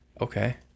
Okay